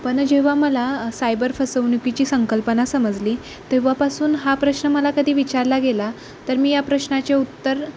पण जेव्हा मला सायबर फसवणुकीची संकल्पना समजली तेव्हापासून हा प्रश्न मला कधी विचारला गेला तर मी या प्रश्नाचे उत्तर